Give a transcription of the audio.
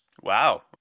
Wow